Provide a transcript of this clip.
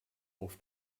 auf